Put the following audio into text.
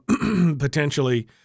potentially